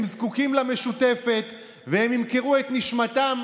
הם זקוקים למשותפת והם ימכרו את נשמתם,